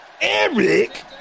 Eric